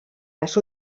les